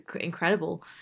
incredible